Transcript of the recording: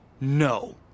No